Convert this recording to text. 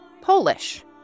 Polish